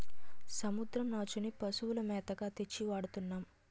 సముద్రం నాచుని పశువుల మేతగా తెచ్చి వాడతన్నాము